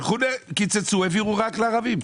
קיצצו, הביאו רק לערבים.